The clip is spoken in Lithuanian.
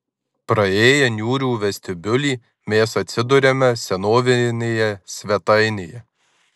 praėję niūrų vestibiulį mes atsiduriame senovinėje svetainėje